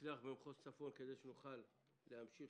תצליח במחוז צפון כדי שנוכל להמשיך